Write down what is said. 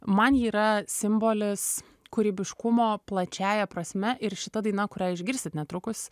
man ji yra simbolis kūrybiškumo plačiąja prasme ir šita daina kurią išgirsit netrukus